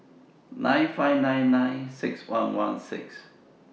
nine five nine nine six one one six